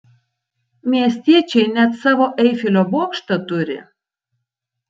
miestiečiai net savo eifelio bokštą turi